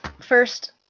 first